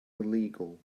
illegal